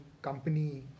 company